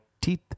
teeth